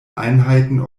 einheiten